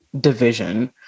division